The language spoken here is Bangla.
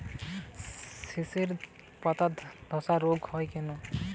শর্ষের পাতাধসা রোগ হয় কেন?